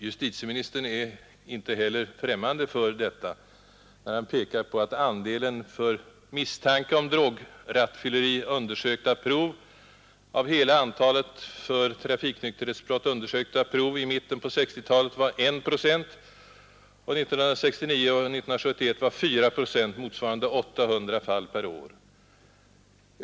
Justitieministern är inte heller främmande för detta när han pekar på att andelen för misstanke om drograttfylleri undersökta prov av hela antalet av för trafiknykterhetsbrott undersökta prov i mitten på 1960-talet var 1 procent och 1969 och 1971 4 procent, motsvarande 800 fall per år.